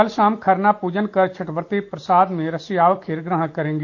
कल शाम खरना पूजन कर छठवती प्रसाद में रशियाव खीर ग्रहण करेंगी